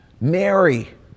Mary